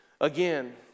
again